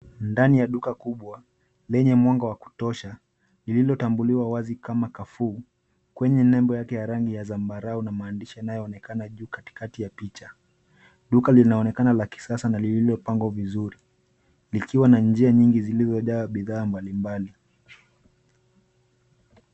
Ndani ya duka kubwa lenye mwanga wa kutosha, lililotambuliwa wazi kama Carrefour wenye nembo yake ya rangi ya zambarau na maandishi yanayoonekana juu katikati ya picha. Duka linaonekana la kisasa na lililopangwa vizuri, likiwa na njia nyingi zilizojawa bidhaa mbalimbali.